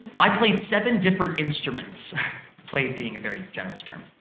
i played seven different instruments played being a very generous term.